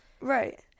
Right